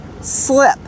slip